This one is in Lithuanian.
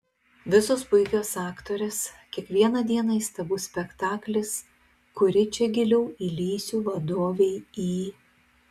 visos puikios aktorės kiekvieną dieną įstabus spektaklis kuri čia giliau įlįsiu vadovei į